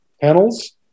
panels